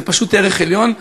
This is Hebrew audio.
זה פשוט ערך עליון,